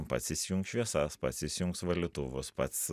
pats įsijungs šviesas pats įsijungs valytuvus pats